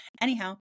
Anyhow